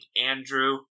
Andrew